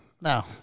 No